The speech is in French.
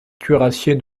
cuirassiers